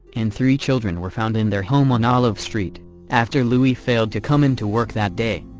and three children were found in their home on olive street after louis failed to come into work that day.